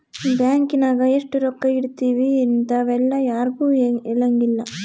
bank ನಾಗ ಎಷ್ಟ ರೊಕ್ಕ ಇಟ್ತೀವಿ ಇಂತವೆಲ್ಲ ಯಾರ್ಗು ಹೆಲಂಗಿಲ್ಲ